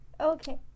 Okay